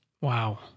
Wow